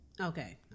Okay